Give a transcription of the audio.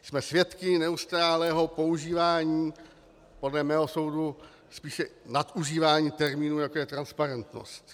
Jsme svědky neustálého používání, podle mého soudu spíše nadužívání, termínu, jako je transparentnost.